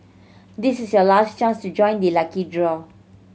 this is your last chance to join the lucky draw